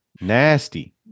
nasty